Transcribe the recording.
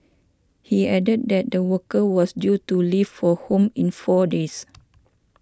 he added that the worker was due to leave for home in four days